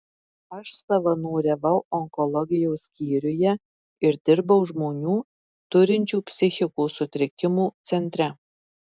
aš savanoriavau onkologijos skyriuje ir dirbau žmonių turinčių psichikos sutrikimų centre